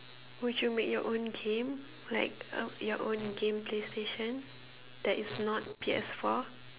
would you make your own game like uh your own game play station that is not P_S four